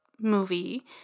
movie